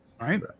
right